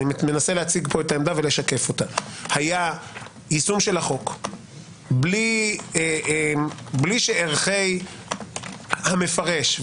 מנסה לשקף את העמדה - היה יישום החוק בלי שערכי המפרש,